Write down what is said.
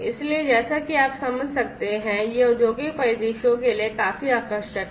इसलिए जैसा कि आप समझ सकते हैं कि यह औद्योगिक परिदृश्यों के लिए काफी आकर्षक है